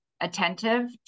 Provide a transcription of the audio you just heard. attentive